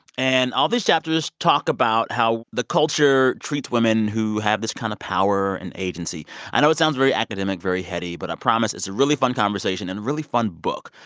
and all these chapters talk about how the culture treats women who have this kind of power and agency i know it sounds very academic, very heady, but i promise it's a really fun conversation and a really fun book.